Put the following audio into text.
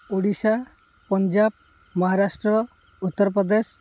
Odisha Punjab Maharashtra Uttar Pradesh